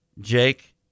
Jake